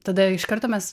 tada iš karto mes